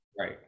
Right